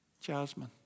Jasmine